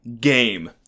game